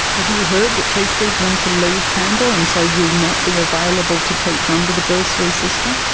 have you heard that teachers want to leave canberra and so will not be available to teach under the bursary system?